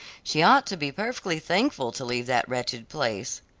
she ought to be perfectly thankful to leave that wretched place.